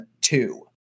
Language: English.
two